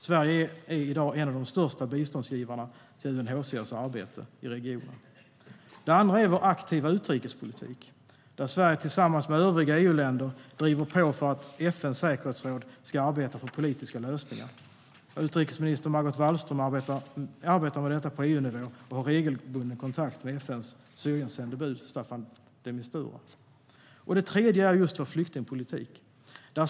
Sverige är i dag en av de största biståndsgivarna till UNHCR:s arbete i regionen. Det andra är vår aktiva utrikespolitik. Sverige har tillsammans med övriga EU-länder drivit på för att FN:s säkerhetsråd ska arbeta för politiska lösningar. Utrikesminister Margot Wallström arbetar med detta på EU-nivå och har regelbundet kontakt med FN:s Syriensändebud Staffan de Mistura.Det tredje är vår flyktingpolitik.